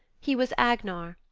he was agnar,